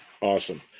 Awesome